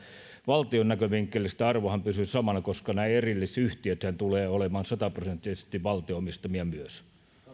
valtion näkövinkkelistähän arvo pysyy samana koska nämä erillisyhtiöthän tulevat olemaan sataprosenttisesti valtion omistamia myös